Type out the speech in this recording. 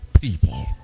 people